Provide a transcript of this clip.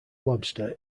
lobster